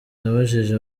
nabajije